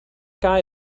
guy